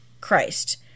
Christ—